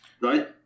right